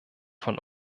von